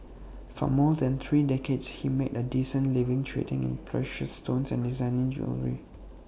for more than three decades he made A decent living trading in precious stones and designing jewellery